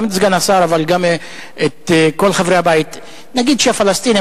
גם את סגן השר אבל גם את כל חברי הבית: נגיד שהפלסטינים,